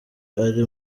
ari